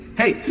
hey